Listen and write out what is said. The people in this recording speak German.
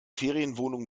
ferienwohnung